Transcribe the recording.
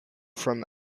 from